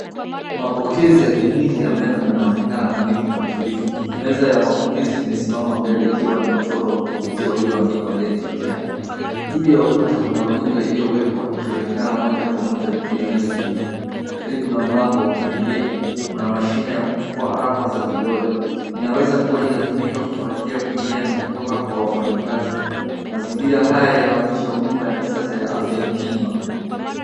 Mapokezi ya kliniki ya meno yanaonekana navivu na tulivu. Meza ya mapokezi imesimama mbele ikiwa na mchoro wa kuvutia ulioandikwa dental care. Juu ya ukuta kuna runinga iliowekwa ikionekana moja kwa moja juu ya meza hio. Karibu na mlango wa kuingilia, kuna mashine ya kuchukua alama za vidole. Inaweza kuwa inatumika kufuatilia kuingia na kutoka kwa wafanyikazi. Mazingira haya yanaonyesha huduma ya kisasa ya afya ya kinywa.